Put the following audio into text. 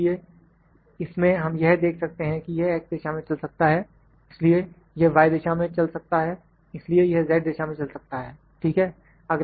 इसलिए इसमें हम यह देख सकते हैं कि यह X दिशा में चल सकता है इसलिए यह Y दिशा में चल सकता है इसलिए यह Z दिशा में चल सकता है ठीक है